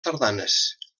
sardanes